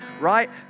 right